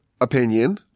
opinion